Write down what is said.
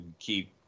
keep